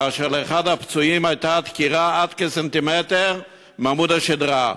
כאשר לאחד הפצועים הייתה דקירה עד כסנטימטר מעמוד השדרה.